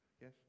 Yes